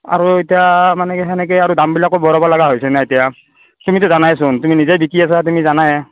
আৰু এতিয়া মানে কি সেনেকৈ আৰু দামবিলাকো বঢ়াব লগা হৈছে না এতিয়া তুমিতো জানাইচোন তুমি নিজেই বিক্ৰী আছা তুমি জানাই